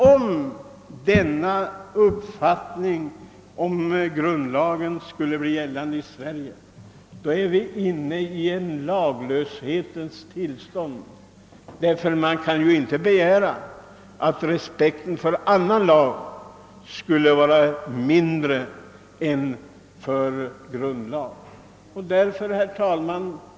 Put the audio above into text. Om deras uppfattning om grundlagen skulle bli gällande i Sverige, vore vi inne i ett laglöshetens tillstånd, ty man kan ju inte begära att respekten för annan lag skulle vara större än för grundlagen. Herr talman!